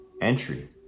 entry